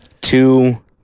Two